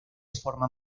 forma